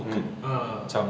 mm a'ah